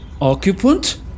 occupant